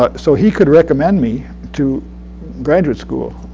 ah so he could recommend me to graduate school,